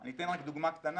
אני אתן רק דוגמא קטנה.